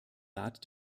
rat